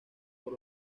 por